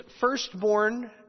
firstborn